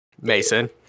Mason